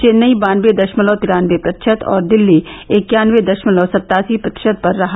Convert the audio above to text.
चेन्नई बानबे दशमलव तिरानबे प्रतिशत और दिल्ली इक्यानबे दशमलव सतासी प्रतिशत पर रहा